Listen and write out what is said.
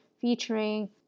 featuring